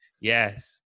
Yes